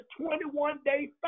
21-day